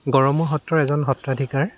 গড়মূৰ সত্ৰৰ এজন সত্ৰাধিকাৰ